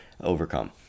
overcome